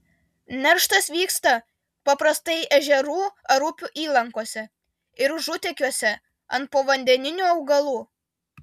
nerštas vyksta paprastai ežerų ar upių įlankose ir užutekiuose ant povandeninių augalų